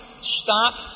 Stop